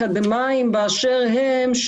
לאקדמאים באשר הם,